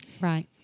Right